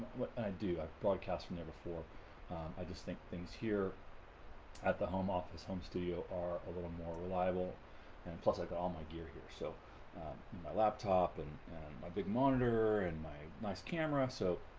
what i do i broadcast from there before i just think things here at the home office home studio are a little more reliable and plus i got all my gear here. so my laptop and a big monitor and my nice camera, so